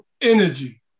energy